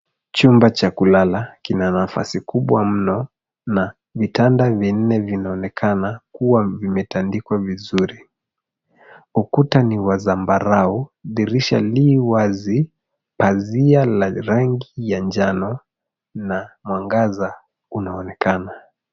Chumba cha kulala kina nafasi kubwa mno na vitanda vinne vinaonekana kua vimetandikwa vizuri. Ukuta ni wa zambarau dirisha li wazi pazia la rangi ya njano na mwangaza unaonekana.